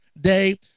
day